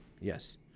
Yes